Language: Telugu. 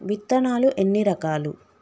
విత్తనాలు ఎన్ని రకాలు?